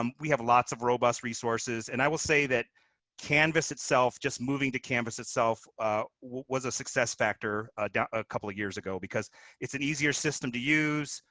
um we have lots of robust resources. and i will say that canvas itself just moving to canvas itself was a success factor ah a couple of years ago because it's an easier system to use.